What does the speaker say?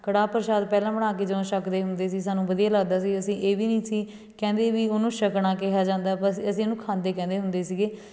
ਕੜਾਹ ਪ੍ਰਸ਼ਾਦ ਪਹਿਲਾਂ ਬਣਾ ਕੇ ਜਦੋਂ ਛੱਕਦੇ ਹੁੰਦੇ ਸੀ ਸਾਨੂੰ ਵਧੀਆ ਲੱਗਦਾ ਸੀ ਅਸੀਂ ਇਹ ਵੀ ਨਹੀਂ ਸੀ ਕਹਿੰਦੇ ਵੀ ਉਹਨੂੰ ਛਕਣਾ ਕਿਹਾ ਜਾਂਦਾ ਬਸ ਅਸੀਂ ਇਹਨੂੰ ਖਾਂਦੇ ਕਹਿੰਦੇ ਹੁੰਦੇ ਸੀਗੇ